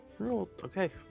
okay